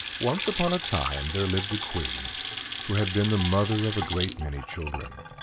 once upon a time there lived a queen who had been the mother of a great many children,